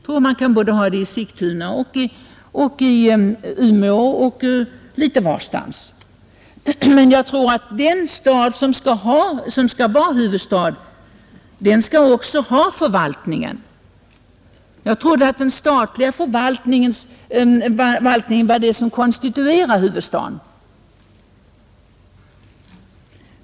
Huvudstaden kan man ha både i Sigtuna och Umeå och litet varstans, Men jag trodde att den stad som skall vara huvudstad också skall ha förvaltningen, Jag trodde att den statliga förvaltningen var det som konstituerade huvudstaden.